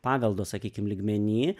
paveldo sakykim lygmeny